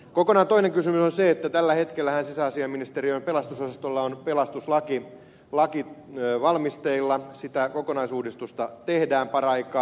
kokonaan toinen kysymys on se että tällä hetkellähän sisäasiainministeriön pelastusosastolla on pelastuslaki valmisteilla sitä kokonaisuudistusta tehdään paraikaa